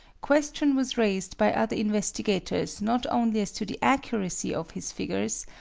question was raised by other investigators not only as to the accuracy of his figures,